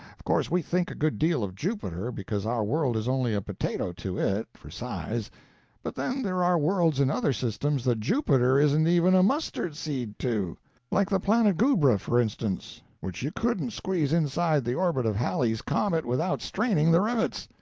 of course we think a good deal of jupiter, because our world is only a potato to it, for size but then there are worlds in other systems that jupiter isn't even a mustard-seed to like the planet goobra, for instance, which you couldn't squeeze inside the orbit of halley's comet without straining the rivets.